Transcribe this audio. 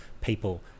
people